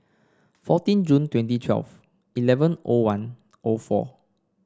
fourteen June twenty twelve eleven O one O four